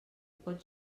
pot